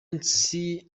munsi